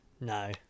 no